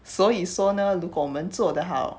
所以说呢如果我们做得好